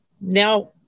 now